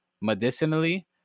medicinally